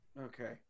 Okay